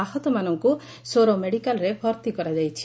ଆହତମାନଙ୍କୁ ସୋର ମେଡିକାଲ୍ରେ ଭର୍ତ୍ତି କରାଯାଇଛି